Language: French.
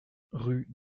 rue